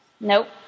Nope